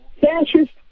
fascist